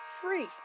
free